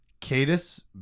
Cadus